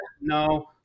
no